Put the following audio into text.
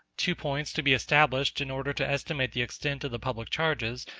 two points to be established in order to estimate the extent of the public charges,